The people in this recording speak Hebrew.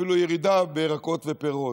אפילו ירידה בירקות ובפירות,